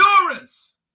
endurance